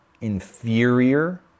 inferior